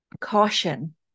caution